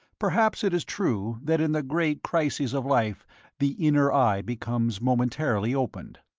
perhaps it is true that in the great crises of life the inner eye becomes momentarily opened.